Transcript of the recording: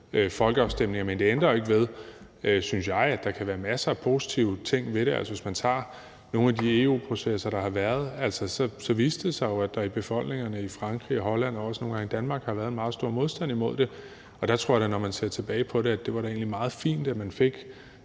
men det ændrer jo ikke ved, synes jeg, at der kan være masser af positive ting ved det. Altså, hvis man tager nogle af de EU-processer, der har været, så har det vist sig, at der i befolkningerne i Frankrig og Holland – og også nogle gange i Danmark – har været en meget stor modstand imod det. Og der tror jeg da, når man ser tilbage på det, at det egentlig var meget fint, at man fik